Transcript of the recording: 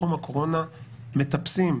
בתחום הקורונה מטפסים.